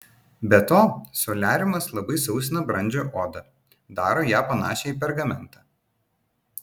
be to soliariumas labai sausina brandžią odą daro ją panašią į pergamentą